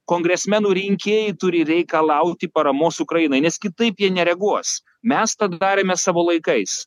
kongresmenų rinkėjai turi reikalauti paramos ukrainai nes kitaip jie nereaguos mes tą darėme savo laikais